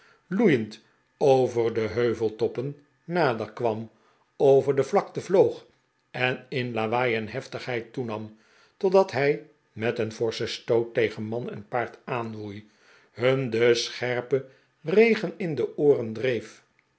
loeiend over de heuveltoppen nader kwam over de vlakte vloog en in lawaai en heftigheid toenam totdat hij met een forschen stoot tegen man en paard aanwoei hun den scherpen regen in de ooren dreef